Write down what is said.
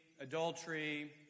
adultery